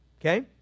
okay